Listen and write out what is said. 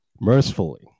mercifully